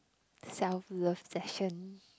self love session